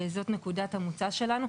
זאת נקודת המוצא שלנו,